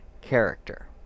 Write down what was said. character